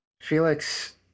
Felix